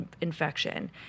infection